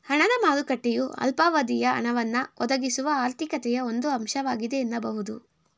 ಹಣದ ಮಾರುಕಟ್ಟೆಯು ಅಲ್ಪಾವಧಿಯ ಹಣವನ್ನ ಒದಗಿಸುವ ಆರ್ಥಿಕತೆಯ ಒಂದು ಅಂಶವಾಗಿದೆ ಎನ್ನಬಹುದು